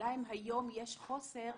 גם אם היום יש חוסר,